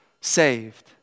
saved